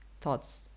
Thoughts